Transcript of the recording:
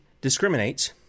discriminates